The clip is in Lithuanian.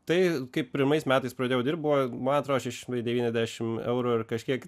tai kaip pirmais metais pradėjau dirbt buvo man atrodo šeši šimtai devyniasdešim eurų ir kažkiek